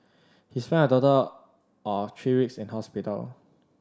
he spent a total of three weeks in hospital